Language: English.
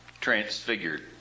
transfigured